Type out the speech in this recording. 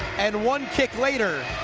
and one kick later.